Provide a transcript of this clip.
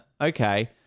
okay